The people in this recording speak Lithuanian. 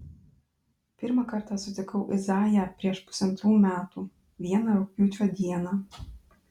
pirmą kartą sutikau izaiją prieš pusantrų metų vieną rugpjūčio dieną